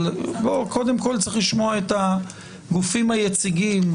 אבל קודם כל צריך לשמוע את הגופים היציגים.